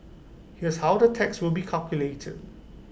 here's how the tax will be calculated